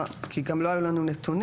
כי גם לא היו לנו נתונים.